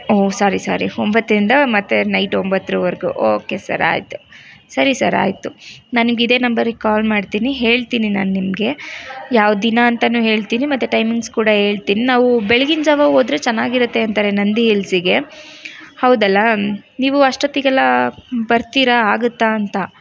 ಓ sorry sorry ಒಂಬತ್ತರಿಂದ ಮತ್ತೆ night ಒಂಬತ್ತರವರ್ಗು ಓಕೆ ಸರ್ ಆಯಿತು ಸರಿ ಸರ್ ಆಯಿತು ನನ್ಗೆ ಇದೇ ನಂಬರಿಗೆ ಕಾಲ್ ಮಾಡ್ತೀನಿ ಹೇಳ್ತೀನಿ ನಾನು ನಿಮಗೆ ಯಾವ ದಿನ ಅಂತಲೂ ಹೇಳ್ತೀನಿ ಮತ್ತು ಟೈಮಿಂಗ್ಸ್ ಕೂಡ ಹೇಳ್ತಿನ್ ನಾವು ಬೆಳಗಿನ ಜಾವ ಹೋದ್ರೆ ಚೆನ್ನಾಗಿರುತ್ತೆ ಅಂತಾರೆ ನಂದಿ ಹಿಲ್ಸಿಗೆ ಹೌದಲ್ಲಾ ನೀವು ಅಷ್ಟೊತ್ತಿಗೆಲ್ಲ ಬರ್ತೀರಾ ಆಗುತ್ತಾ ಅಂತ